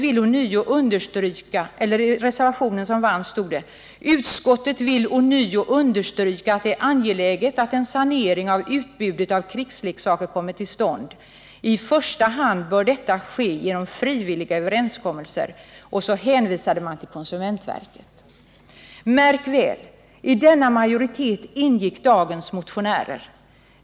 I reservationen stod det: ”Utskottet vill ånyo understryka att det är angeläget att en sanering av utbudet av krigsleksaker kommer till stånd. I första hand bör detta ske genom frivilliga överenskommelser.” Därefter hänvisade man till konsumentverket. Märk väl: I denna majoritet ingick dagens motionärer.